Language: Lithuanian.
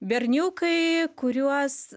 berniukai kuriuos